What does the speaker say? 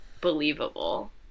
believable